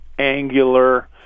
angular